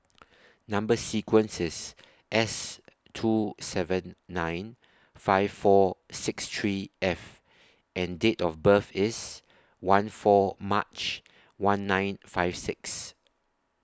Number sequence IS S two seven nine five four six three F and Date of birth IS one four March one nine five six